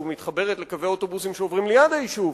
מתחברים לקווי אוטובוסים שעוברים ליד היישוב,